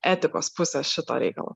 etikos pusės šito reikalo